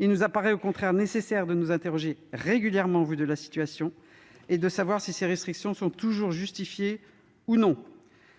Il apparaît au contraire nécessaire de nous interroger régulièrement, au vu de la situation, pour savoir si ces restrictions sont toujours justifiées.